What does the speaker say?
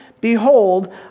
behold